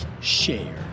share